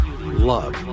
love